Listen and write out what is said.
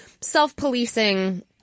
self-policing